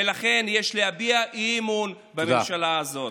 ולכן יש להביע אי-אמון בממשלה הזאת.